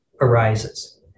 arises